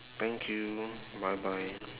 thank you bye bye